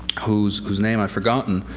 whose whose name i've forgotten,